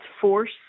force